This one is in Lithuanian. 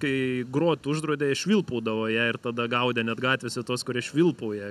kai grot uždraudė jie švilpaudavo ją ir tada gaudė net gatvėse tuos kurie švilpauja